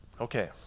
Okay